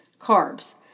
carbs